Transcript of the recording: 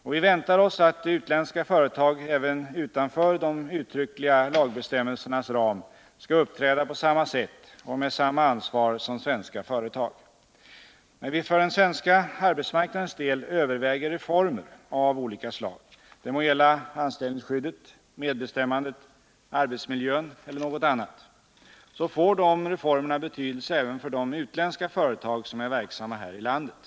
Och vi väntar oss att utländska företag även - Måndagen den utanför de uttryckliga lagbestämmelsernas ram skall uppträda på samma sätt 12 november 1979 och med samma ansvar som svenska företag. När vi för den svenska arbetsmarknadens del överväger reformer av olika Om ökad anställslag — det må gälla anställningsskyddet, medbestämmandet, arbetsmiljön — ningstrygghet i eller något annat — får de reformerna betydelse även för de utländska företag — multinationella som är verksamma här i landet.